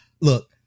Look